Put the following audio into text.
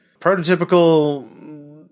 prototypical